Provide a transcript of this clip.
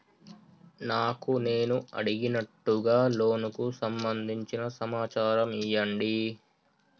నాకు నేను అడిగినట్టుగా లోనుకు సంబందించిన సమాచారం ఇయ్యండి?